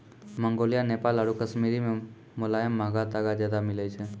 Mongolia, Nepal आरु कश्मीरो मे मोलायम महंगा तागा ज्यादा मिलै छै